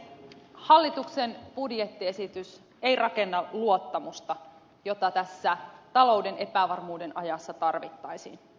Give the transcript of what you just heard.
hallituksen budjettiesitys ei rakenna luottamusta jota tässä talouden epävarmuuden ajassa tarvittaisiin